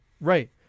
Right